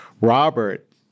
Robert